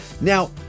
Now